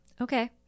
okay